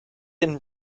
and